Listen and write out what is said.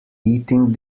eating